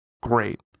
Great